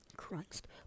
Christ